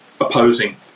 opposing